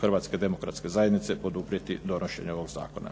Hrvatske demokratske zajednice poduprijeti donošenje ovog zakona.